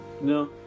No